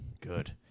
Good